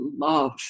love